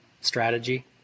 strategy